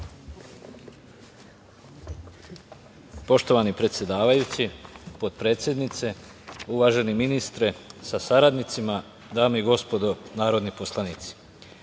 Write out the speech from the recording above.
Poštovani predsedavajući, potpredsednice, uvaženi ministre sa saradnicima, dame i gospodo narodni poslanici,